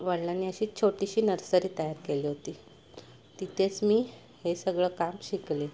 वडिलांनी अशी छोटीशी नर्सरी तयार केली होती तिथेच मी हे सगळं काम शिकले